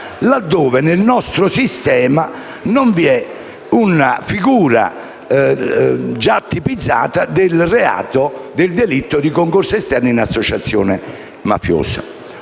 laddove nel nostro sistema non vi è una figura già tipizzata del delitto di concorso esterno in associazione mafiosa.